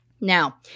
Now